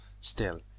Still